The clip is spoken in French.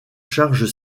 charges